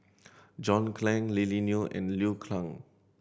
John Clang Lily Neo and Liu Kang